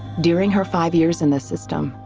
during her five years in the system,